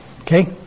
Okay